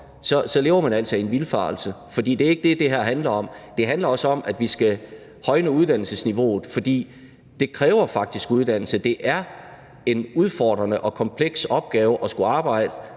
så lever man altså i en vildfarelse. For det er ikke det, det her handler om. Det handler også om, at vi skal højne uddannelsesniveauet, for det kræver faktisk uddannelse. Det er en udfordrende og kompleks opgave at arbejde